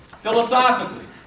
philosophically